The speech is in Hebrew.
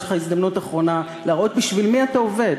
יש לך הזדמנות אחרונה להראות בשביל מי אתה עובד: